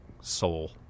soul